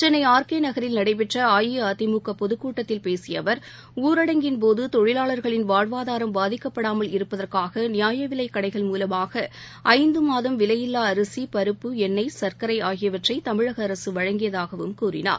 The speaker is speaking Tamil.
சென்னை ஆர் கேநகரில் நடைபெற்றஅஇஅதிமுகபொதுக் கூட்டத்தில் பேசியஅவர் ஊரடங்கின் போதுதொழிலாளர்களின் வாழ்வாதாரம் பாதிக்கப்படாமல் இருப்பதற்காகநியாயவிலைக் கடைகள் மூலமாகஐந்தமாதம் விலையில்லாஅரிசி பருப்பு எண்ணைய் சர்க்கரைஆகியவற்றைதமிழகஅரசுவழங்கியதாகவும் கூறினார்